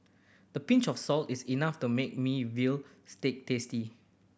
the pinch of salt is enough to make me veal stew tasty